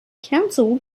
council